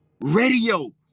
Radio